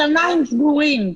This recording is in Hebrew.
השמיים סגורים.